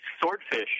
swordfish